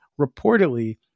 reportedly